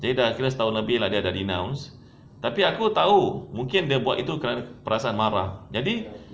jadi kira dah setahun lebih lah dia dah denounce tapi aku tahu mungkin dia buat itu kerana perasaan marah jadi